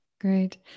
great